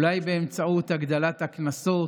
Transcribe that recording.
אולי באמצעות הגדלת הקנסות,